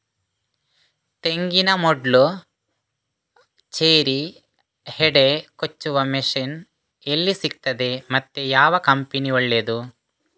ತೆಂಗಿನ ಮೊಡ್ಲು, ಚೇರಿ, ಹೆಡೆ ಕೊಚ್ಚುವ ಮಷೀನ್ ಎಲ್ಲಿ ಸಿಕ್ತಾದೆ ಮತ್ತೆ ಯಾವ ಕಂಪನಿ ಒಳ್ಳೆದು?